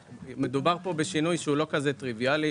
מדובר כאן בשינוי שהוא לא שינוי טריביאלי.